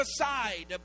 aside